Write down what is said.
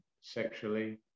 sexually